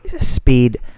speed